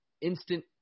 instant